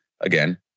again